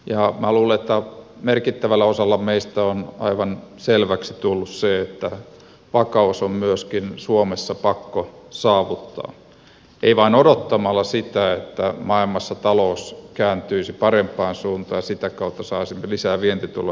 minä luulen että merkittävälle osalle meistä on aivan selväksi tullut se että vakaus on myöskin suomessa pakko saavuttaa ei vain odottamalla sitä että maailmassa talous kääntyisi parempaan suuntaan ja sitä kautta saisimme lisää vientituloja